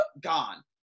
gone